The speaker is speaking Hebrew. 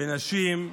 בנשים,